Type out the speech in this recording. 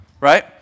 right